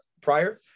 prior